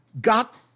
got